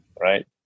right